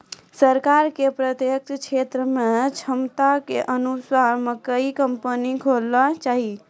सरकार के प्रत्येक क्षेत्र मे क्षमता के अनुसार मकई कंपनी खोलना चाहिए?